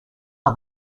are